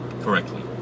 correctly